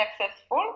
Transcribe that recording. successful